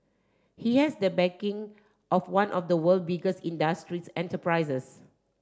he has the backing of one of the world biggest industrial enterprises